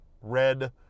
red